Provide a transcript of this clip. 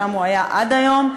שם הוא היה עד היום,